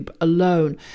alone